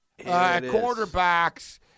Quarterbacks